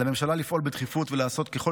על הממשלה לפעול בדחיפות ולעשות ככל